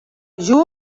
juny